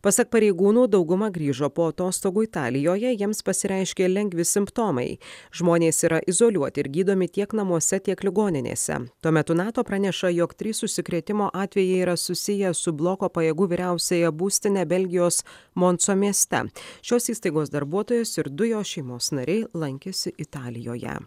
pasak pareigūnų dauguma grįžo po atostogų italijoje jiems pasireiškė lengvi simptomai žmonės yra izoliuoti ir gydomi tiek namuose tiek ligoninėse tuo metu nato praneša jog trys užsikrėtimo atvejai yra susiję su bloko pajėgų vyriausiąja būstine belgijos monso mieste šios įstaigos darbuotojas ir du jo šeimos nariai lankėsi italijoje